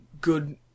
good